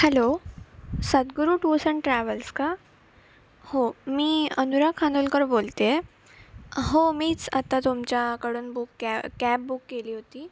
hello Sadguru tours and travels का हो मी अनुरा खानोलकर बोलतेय हो मीच आत्ता तुमच्याकडून बुक कॅ कॅब बुक केली होती